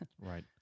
right